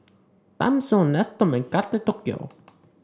Timezone Nestum and Kate Tokyo